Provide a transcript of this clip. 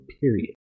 period